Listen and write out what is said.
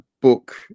book